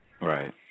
Right